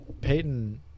peyton